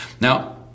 Now